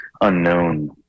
unknown